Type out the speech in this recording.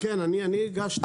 אני הגשתי.